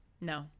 No